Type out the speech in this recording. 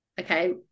okay